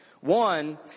One